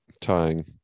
Tying